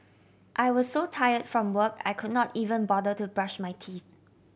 I was so tire from work I could not even bother to brush my teeth